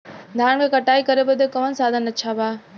धान क कटाई करे बदे कवन साधन अच्छा बा?